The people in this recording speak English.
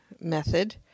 method